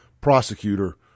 prosecutor